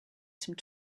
some